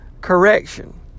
correction